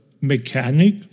mechanic